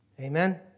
Amen